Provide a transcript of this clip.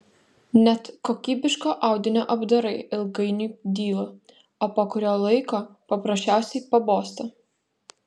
net kokybiško audinio apdarai ilgainiui dyla o po kurio laiko paprasčiausiai pabosta